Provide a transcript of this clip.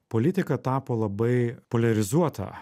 politika tapo labai poliarizuota